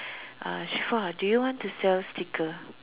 uh Shifa do you want to sell sticker